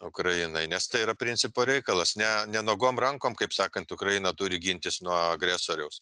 ukrainai nes tai yra principo reikalas ne ne nuogom rankom kaip sakant ukraina turi gintis nuo agresoriaus